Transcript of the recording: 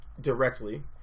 Directly